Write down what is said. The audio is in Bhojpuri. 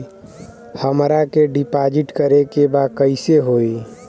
हमरा के डिपाजिट करे के बा कईसे होई?